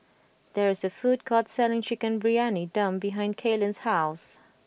there is a food court selling Chicken Briyani Dum behind Kaylen's house